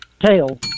Tail